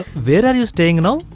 where are you staying now?